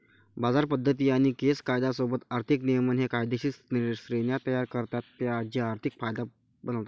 बाजार पद्धती आणि केस कायदा सोबत आर्थिक नियमन हे कायदेशीर श्रेण्या तयार करतात जे आर्थिक कायदा बनवतात